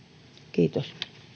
kiitos